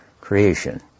creation